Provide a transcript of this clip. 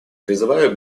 призываю